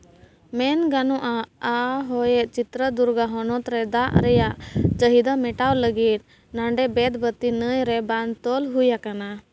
ᱢᱮᱱ ᱜᱟᱱᱚᱜᱼᱟ ᱟᱦᱚᱭᱮᱜ ᱪᱤᱛᱛᱨᱟ ᱫᱩᱨᱜᱟ ᱦᱚᱱᱚᱛ ᱨᱮ ᱫᱟᱜ ᱨᱮᱭᱟᱜ ᱪᱟᱹᱦᱤᱫᱟ ᱢᱮᱴᱟᱣ ᱞᱟᱹᱜᱤᱫ ᱫᱷ ᱛᱚᱞ ᱦᱩᱭ ᱟᱠᱟᱱᱟ